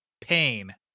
pain